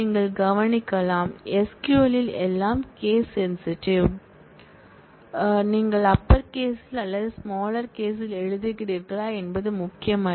நீங்கள் கவனிக்கலாம் SQL இல் எல்லாம் கேஸ் இன்சென்ஸிட்டிவ் நீங்கள் அப்பர் கேஸ் ல் அல்லது ஸ்மாலர் கேஸ் ல் எழுதுகிறீர்களா என்பது முக்கியமல்ல